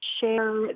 share